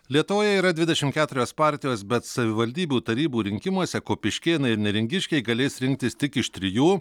lietuvoje yra dvidešim keturios partijos bet savivaldybių tarybų rinkimuose kupiškėnai ir neringiškiai galės rinktis tik iš trijų